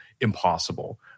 impossible